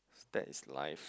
that is life